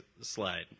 slide